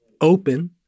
open